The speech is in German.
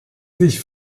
sich